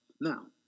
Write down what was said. Now